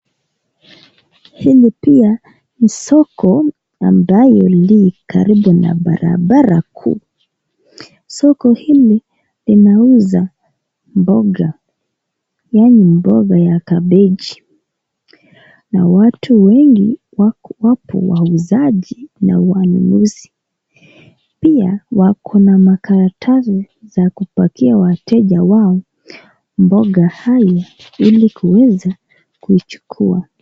Hili pia ni soko ambayo li karibu na barabara kuu ,soko hili linauza mboga yaani mboga ya kabeji na watu wengi wapo wauzaji na wanunuzi ,pia wako na makaratasi za kupakia wateja wao mboga haya ili kuweza kuchukua.